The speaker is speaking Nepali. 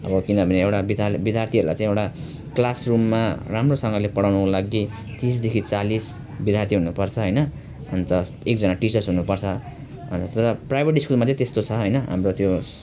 अब किनभने एउटा विद्यालय विद्यार्थीहरूलाई चाहिँ एउटा क्लासहरुममा राम्रोसँगले पढाउनुको लागि तिसदेखि चालिस विद्यार्थी हुनु पर्छ होइन अन्त एकजना टिचर्स हुनु पर्छ अनि तर प्राइभेट स्कुलमा चाहिँ त्यस्तो छ होइन हाम्रो त्यो